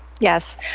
Yes